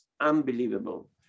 unbelievable